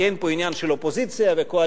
כי אין פה עניין של אופוזיציה וקואליציה,